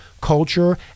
culture